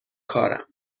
کارم